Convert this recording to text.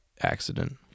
accident